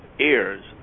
ears